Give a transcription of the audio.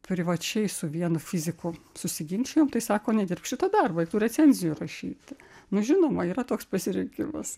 privačiai su vienu fiziku susiginčijom tai sako nedirbk šito darbo eik tų recenzijų rašyti nu žinoma yra toks pasirinkimas